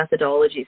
methodologies